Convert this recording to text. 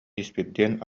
испирдиэн